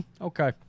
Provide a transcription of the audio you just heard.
okay